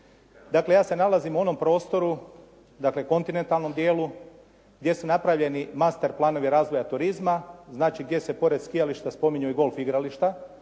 Dakle, ja se nalazim u onom prostoru, dakle kontinentalnom dijelu gdje su napravljeni master-planovi razvoja turizma, znači gdje se pored skijališta spominju i golf igrališta